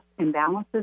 imbalances